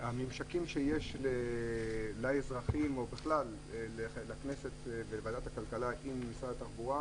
הממשקים שיש לאזרחים ולכנסת ולוועדת הכלכלה עם משרד התחבורה,